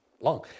long